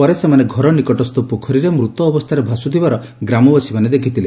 ପରେ ସେମାନେ ଘର ନିକଟସ୍ଥ ପୋଖରୀରେ ମୂତ ଅବସ୍ଥାରେ ଭାସୁଥିବାର ଗ୍ରାମବାସୀମାନେ ଦେଖଥଲେ